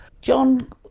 John